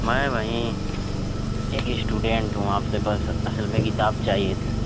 میں وہیں ایک اسٹوڈینٹ ہوں آپ سے بس اصل میں کتاب چاہیے تھی